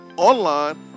Online